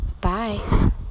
Bye